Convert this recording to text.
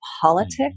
politics